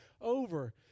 over